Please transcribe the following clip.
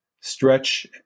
stretch